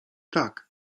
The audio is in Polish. tak